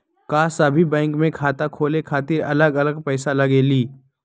का सभी बैंक में खाता खोले खातीर अलग अलग पैसा लगेलि?